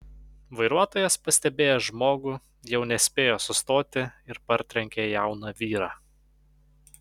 vairuotojas pastebėjęs žmogų jau nespėjo sustoti ir partrenkė jauną vyrą